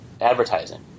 advertising